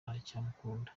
aracyamukunda